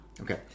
Okay